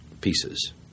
pieces